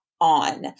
on